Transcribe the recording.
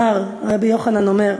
רבי יוחנן אומר: